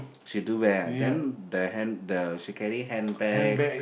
she do wear ah then the hand the she carry handbag